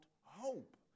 hope